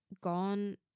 gone